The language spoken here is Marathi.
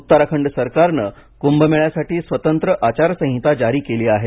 उत्तराखंड सरकारनं कुंभमेळ्यासाठी स्वतंत्र आचारसंहिता जारी केली आहे